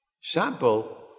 sample